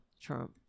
Trump